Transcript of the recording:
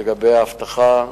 לגבי האבטחה,